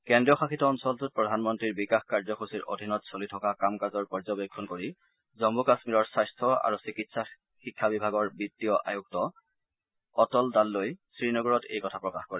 কেন্দ্ৰীয় শাসিত অঞ্চলটোত প্ৰধানমন্ত্ৰীৰ বিকাশ কাৰ্যসূচীৰ অধীনত চলি থকা কামকাজৰ পৰ্যবেক্ষণ কৰি জম্মু কামীৰৰ স্বাস্থ্য আৰু চিকিৎসা শিক্ষা বিভাগৰ বিতীয় আয়ুক্ত অটল দাল্লই শ্ৰীনগৰত এই কথা প্ৰকাশ কৰে